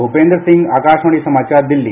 भूपेन्द्र सिंह आकाशवाणी समाचार दिल्ली